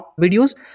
videos